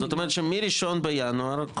זאת אומרת שמה-1 בינואר,